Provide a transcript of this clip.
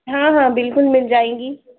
हाँ हाँ बिल्कुल मिल जाएँगी